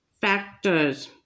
factors